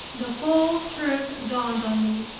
the full truth dawned on me.